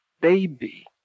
baby